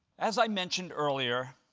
as i mentioned earlier,